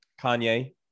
Kanye